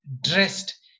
dressed